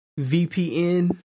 VPN